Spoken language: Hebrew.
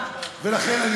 ולכן,